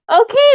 okay